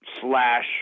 slash